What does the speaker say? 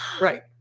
right